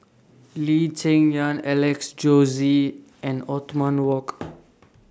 Lee Cheng Yan Alex Josey and Othman Wok